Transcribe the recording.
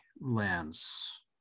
lands